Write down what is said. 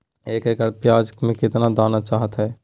एक एकड़ प्याज में कितना दाना चाहता है?